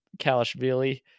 Kalashvili